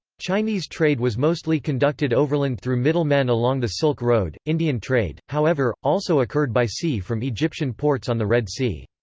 chinese trade was mostly conducted overland through middle men along the silk road indian trade, however, also occurred by sea from egyptian ports on the red sea.